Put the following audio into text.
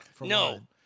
No